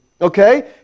Okay